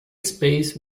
space